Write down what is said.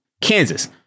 Kansas